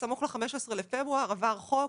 בסמוך ל-15 בפברואר עבר חוק